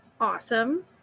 Awesome